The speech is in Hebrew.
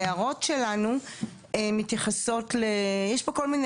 ההערות שלנו מתייחסות ל- - יש פה כל מיני